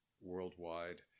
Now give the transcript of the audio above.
worldwide